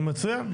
נו, מצוין.